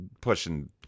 pushing